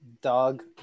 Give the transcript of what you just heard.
Dog